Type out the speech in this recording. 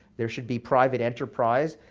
there should be private enterprise.